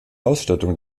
ausstattung